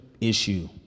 issue